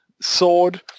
Sword